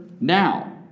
now